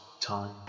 time